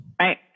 right